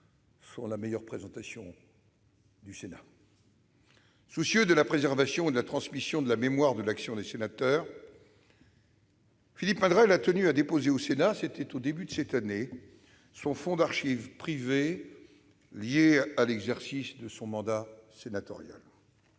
sont la meilleure présentation du Sénat. Soucieux de la préservation et de la transmission de la mémoire de l'action des sénateurs, Philippe Madrelle a tenu à déposer au Sénat, au début de cette année, son fonds d'archives privées liées à l'exercice de son mandat sénatorial.